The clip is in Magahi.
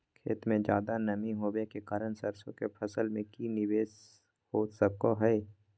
खेत में ज्यादा नमी होबे के कारण सरसों की फसल में की निवेस हो सको हय?